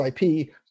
ip